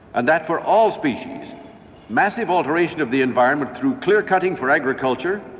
and that for all species massive alteration of the environment through clear-cutting for agriculture,